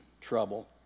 trouble